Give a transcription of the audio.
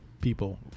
people